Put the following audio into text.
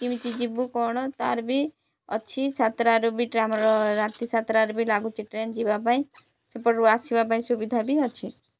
କେମିତି ଯିବୁ କଣ ତାର ବି ଅଛି ସାତଟାରୁ ଆମର ରାତି ସାତଟାରେ ବି ଲାଗୁଛି ଟ୍ରେନ୍ ଯିବା ପାଇଁ ସେପଟରୁ ଆସିବା ପାଇଁ ସୁବିଧା ବି ଅଛି